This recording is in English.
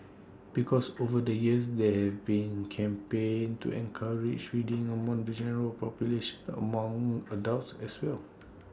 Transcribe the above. because over the years there have been campaigns to encourage reading among the general population among adults as well